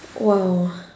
!wow!